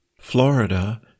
Florida